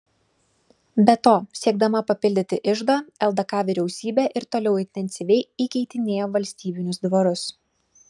be to siekdama papildyti iždą ldk vyriausybė ir toliau intensyviai įkeitinėjo valstybinius dvarus